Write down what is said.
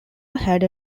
had